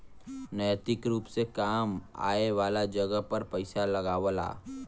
नैतिक रुप से काम आए वाले जगह पर पइसा लगावला